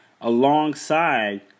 alongside